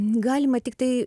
galima tiktai